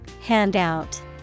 handout